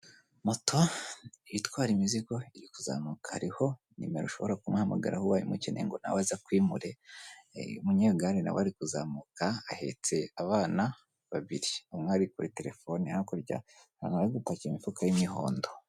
Moto itwara imizigo iri kuzamuka hariho nimero ushobora kumuhamagara, ubaye umukeneye ngo nawe aze akwimure, umunyegare nawe ari kuzamuka, ahetse abana babiri, umwe ari kuri telefone, hakurya abantu bari gupakira imifuka y'imihondo.